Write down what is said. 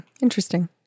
interesting